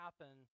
happen